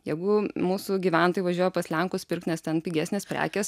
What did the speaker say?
jeigu mūsų gyventojai važiuoja pas lenkus pirkt nes ten pigesnės prekės